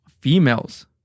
females